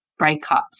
breakups